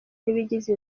bigize